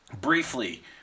Briefly